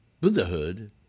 Buddhahood